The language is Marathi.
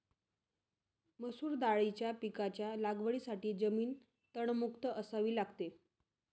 मसूर दाळीच्या पिकाच्या लागवडीसाठी जमीन तणमुक्त असावी लागते